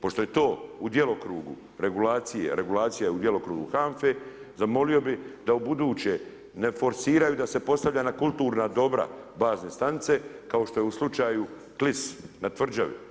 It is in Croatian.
Pošto je to u djelokrugu regulacije, regulacija je djelokrugu HANFA-e, zamolio bi da ubuduće ne forsiraju da se postavlja na kulturna dobra bazne stanice kao što je u slučaju Klis na tvrđavi.